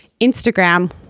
Instagram